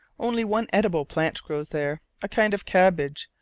only one edible plant grows there, a kind of cabbage,